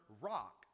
rock